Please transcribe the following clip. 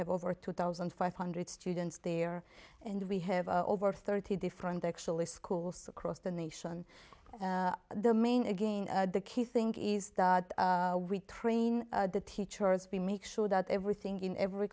have over two thousand five hundred students there and we have over thirty different actually schools across the nation the main again the key thing is that we train the teachers we make sure that everything in every